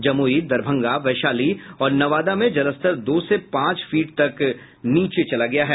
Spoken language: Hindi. जमुई दरभंगा वैशाली और नवादा में जलस्तर दो से पांच फीट तक नीचे चला गया है